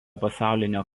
pasaulinio